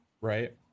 right